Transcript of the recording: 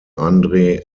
andre